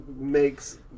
makes